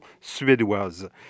suédoise